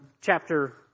chapter